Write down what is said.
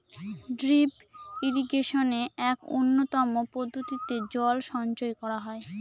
drip ইরিগেশনে এক উন্নতম পদ্ধতিতে জল সঞ্চয় করা হয়